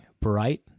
Bright